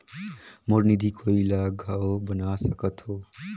मोर निधि कोई ला घल बना सकत हो?